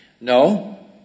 No